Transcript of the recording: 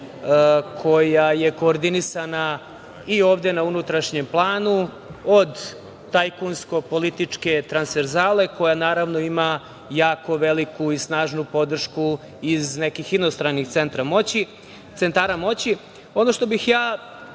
koja je koordinisana i ovde na unutrašnjem planu od tajkunsko-političke transverzale koja, naravno ima jako veliku i snažnu podršku iz nekih inostranih centara moći. Ono